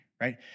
right